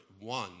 one